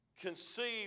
conceived